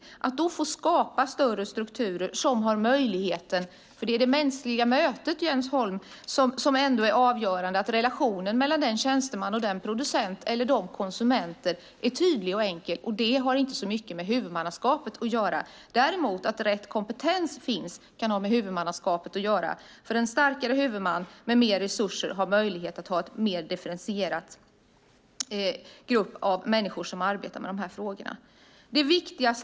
Då handlar det om att få skapa större strukturer som har den möjligheten, för det är det mänskliga mötet, Jens Holm, som är avgörande. Relationen mellan tjänstemän och producenter eller konsumenter ska vara tydlig och enkel. Det har inte så mycket med huvudmannaskapet att göra. Att rätt kompetens finns kan däremot ha med huvudmannaskapet att göra. En starkare huvudman med mer resurser har möjlighet att ha en mer differentierad grupp människor som arbetar med de här frågorna. Herr talman!